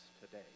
today